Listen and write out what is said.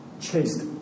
chased